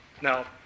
Now